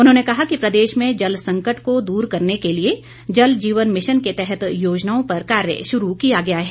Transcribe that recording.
उन्होंने कहा कि प्रदेश में जल संकट को दूर करने के लिए जल जीवन मिशन के तहत योजनाओं पर कार्य शुरू किया गया है